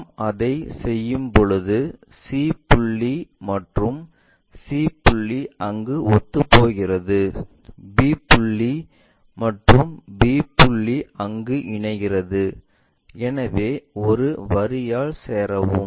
நாம் அதைச் செய்யும்போது c புள்ளி மற்றும் c புள்ளி அங்கு ஒத்துப்போகிறது b புள்ளி மற்றும் b புள்ளி அங்கு இணைகிறது எனவே ஒரு வரியால் சேரவும்